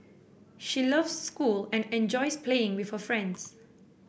she loves school and enjoys playing with her friends